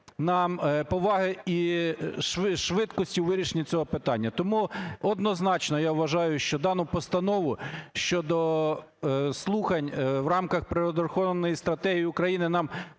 на поваги і швидкості у вирішенні цього питання. Тому однозначно я вважаю, що дану постанову щодо слухань в рамках природоохоронної стратегії України нам